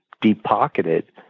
deep-pocketed